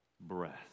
breath